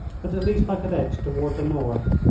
but at least i could edge toward the north.